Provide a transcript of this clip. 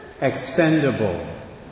Expendable